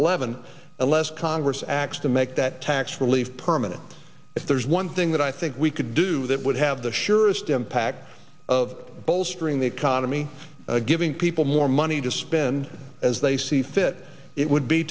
eleven unless congress acts to make that tax relief permanent if there's one thing that i think we could do that would have the surest impact of bolstering the economy giving people more money to spend as they see fit it would be